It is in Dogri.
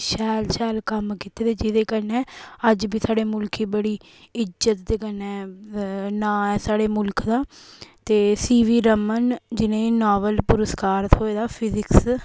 शैल शैल कम्म कीते दे जेह्दे कन्नै अज्ज बी स्हाड़ै मुल्ख बड़ी इज्जत दे कन्नै नांऽ ऐ स्हाड़े मुल्ख दा ते सी बी रमन जि'नें नावल पुरस्कार थ्होऐ दा फजिक्स